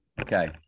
Okay